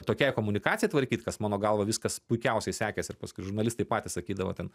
tokiai komunikacijai tvarkyt kas mano galva viskas puikiausiai sekėsi ir paskui žurnalistai patys sakydavo ten